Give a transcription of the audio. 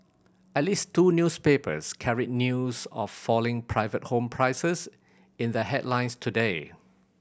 at least two newspapers carried news of falling private home prices in their headlines today